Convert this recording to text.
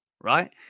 right